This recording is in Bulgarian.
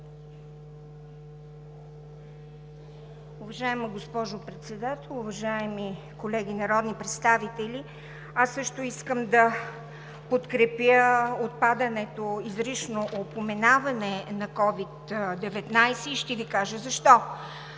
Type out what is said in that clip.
Уважаема госпожо Председател, уважаеми колеги народни представители! Аз също искам да подкрепя отпадането – изрично упоменаване на COVID-19, и ще Ви кажа защо.